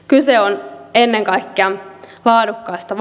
kyse on ennen kaikkea laadukkaasta